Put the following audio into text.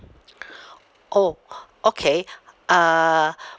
oh okay uh